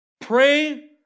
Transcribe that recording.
Pray